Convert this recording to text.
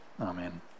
Amen